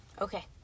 Okay